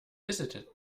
visited